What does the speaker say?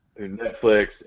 Netflix